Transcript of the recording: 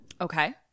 Okay